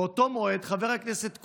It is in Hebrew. באותו מועד חבר הכנסת קושניר,